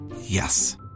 Yes